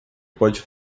pode